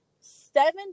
seven